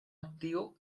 activo